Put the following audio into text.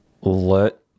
Let